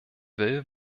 will